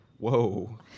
Whoa